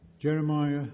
Jeremiah